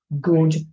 good